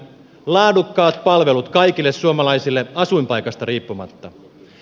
laadukkaat palvelut kaikille suomalaisille asuinpaikasta riippumatta